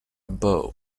bow